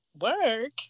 work